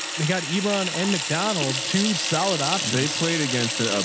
they got ebro on and macdonald two solid options played against the, ah